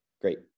great